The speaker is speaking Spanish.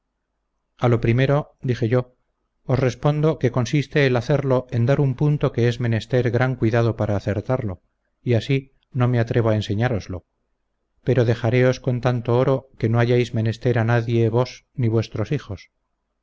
a lo primero dije yo os respondo que consiste el hacerlo en dar un punto que es menester gran cuidado para acertarlo y así no me atrevo a enseñároslo pero dejareos con tanto oro que no hayáis menester a nadie vos ni vuestros hijos